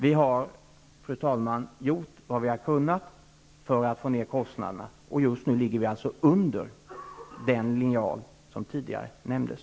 Vi har i regeringen gjort vad vi har kunnat för att få ned kostnaderna, och nu ligger vi under den linjal som tidigare nämndes.